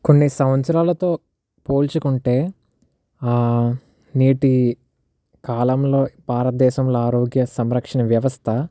కొన్ని సంవత్సరాలతో పోల్చుకుంటే నేటి కాలంలో భారతదేశంలో ఆరోగ్య సంరక్షణ వ్యవస్థ